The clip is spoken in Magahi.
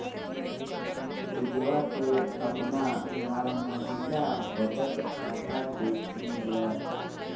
पुजवा ने अपना ला महिला बचत खाता के चुन लय